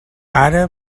ara